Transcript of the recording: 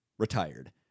Retired